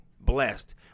blessed